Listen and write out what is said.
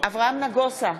אברהם נגוסה,